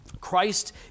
Christ